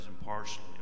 impartially